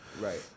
Right